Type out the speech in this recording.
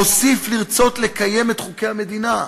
מוסיף לרצות לקיים את חוקי המדינה.